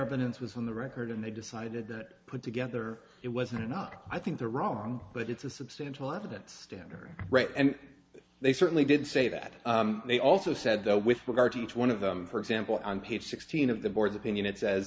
evidence was on the record and they decided that put together it wasn't enough i think they're wrong but it's a substantial evidence standard and they certainly did say that they also said though with regard to each one of them for example on page sixteen of the board's opinion it